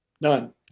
None